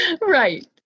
Right